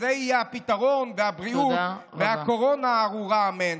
שזה יהיה הפתרון והבריאות מהקורונה הארורה, אמן.